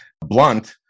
Blunt